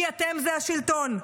כי אתם זה השלטון,